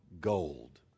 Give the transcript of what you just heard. gold